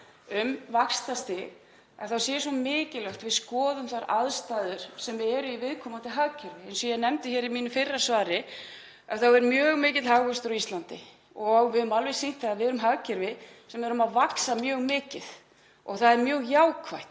um vaxtastig, að það sé svo mikilvægt að við skoðum þær aðstæður sem eru í viðkomandi hagkerfi. Eins og ég nefndi hér í mínu fyrra svari er mjög mikill hagvöxtur á Íslandi og við höfum alveg sýnt að við erum hagkerfi sem er að vaxa mjög mikið og það er mjög jákvætt.